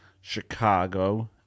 Chicago